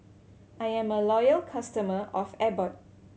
I am a loyal customer of Abbott